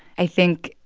i think,